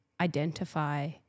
identify